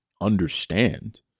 understand